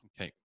Okay